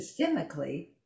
systemically